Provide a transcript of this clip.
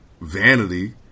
vanity